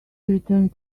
returned